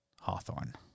Hawthorne